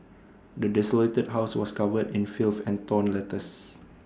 the desolated house was covered in filth and torn letters